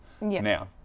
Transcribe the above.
now